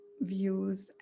views